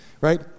right